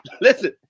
Listen